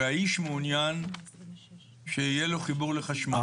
הרי האיש מעוניין שיהיה לו חיבור לחשמל.